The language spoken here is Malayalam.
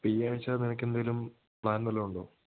ഇപ്പം ഈ ആഴ്ച നിനക്ക് എന്തേലും പ്ലാൻ വല്ലതും ഉണ്ടോ